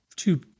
Two